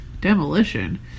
demolition